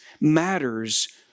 matters